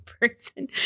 person